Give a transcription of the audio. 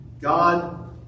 God